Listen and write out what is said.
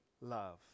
love